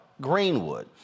Greenwood